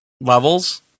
levels